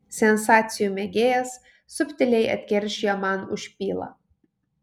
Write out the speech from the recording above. sensacijų mėgėjas subtiliai atsikeršijo man už pylą